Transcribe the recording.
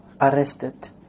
arrested